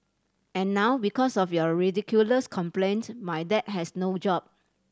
and now because of your ridiculous complaint my dad has no job